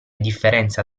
differenza